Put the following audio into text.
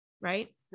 Right